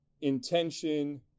intention